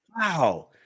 wow